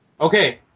okay